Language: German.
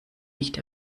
nicht